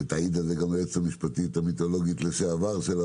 תעיד על זה גם היועצת המשפטית המיתולוגית של הוועדה,